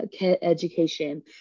education